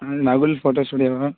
ம் நகுல் ஃபோட்டோ ஸ்டூடியோவா